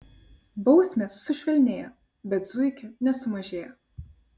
bausmės sušvelnėjo bet zuikių nesumažėjo